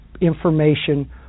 information